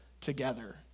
together